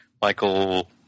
Michael